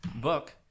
book